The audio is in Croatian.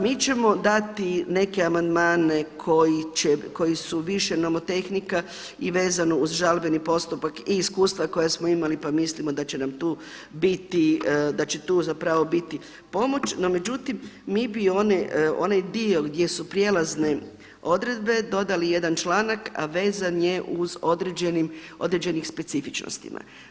Mi ćemo dati neke amandmane koji su više nomotehnika i vezano uz žalbeni postupak i iskustva koja smo imali pa mislimo da će nam tu biti, da će tu zapravo biti pomoć, no međutim mi bi onaj dio gdje su prijelazne odredbe dodali jedan članak a vezan je uz određene specifičnosti.